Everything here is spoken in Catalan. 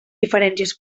diferències